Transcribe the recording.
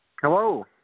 Hello